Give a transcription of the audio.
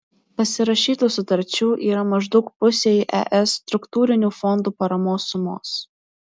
pasirašytų sutarčių yra maždaug pusei es struktūrinių fondų paramos sumos